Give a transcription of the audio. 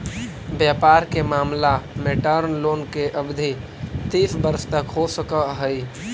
व्यापार के मामला में टर्म लोन के अवधि तीस वर्ष तक हो सकऽ हई